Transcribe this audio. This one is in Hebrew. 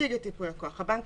מציג את ייפוי הכוח, הבנק